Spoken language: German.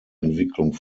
entwicklung